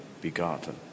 begotten